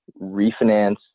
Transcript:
refinance